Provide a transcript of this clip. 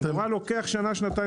ממגורה לוקח שנה, שנתיים